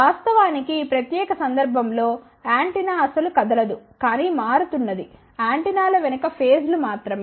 వాస్తవానికి ఈ ప్రత్యేక సందర్భం లో యాంటెన్నా అస్సలు కదలదు కానీ మారుతున్నది యాంటెన్నాల వెనుక ఫేజ్ లు మాత్రమే